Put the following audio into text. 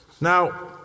Now